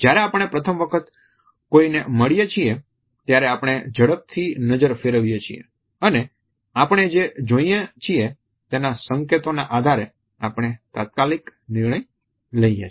જ્યારે આપણે પ્રથમ વખત કોઈને મળીએ છીએ ત્યારે આપણે ઝડપથી નજર ફેરવીએ છીએ અને આપણે જે જોઈએ છીએ તેના સંકેતોના આધારે આપણે તાત્કાલિક નિર્ણય લઈએ છીએ